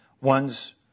Ones